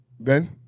Ben